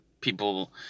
people